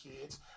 kids